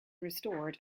restored